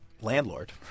Landlord